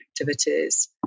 activities